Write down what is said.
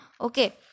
Okay